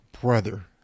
brother